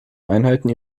einheiten